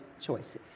choices